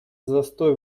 застой